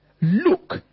Look